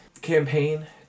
campaign